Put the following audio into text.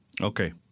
Okay